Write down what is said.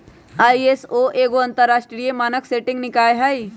ISO एगो अंतरराष्ट्रीय मानक सेटिंग निकाय हइ